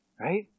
right